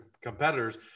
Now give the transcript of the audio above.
competitors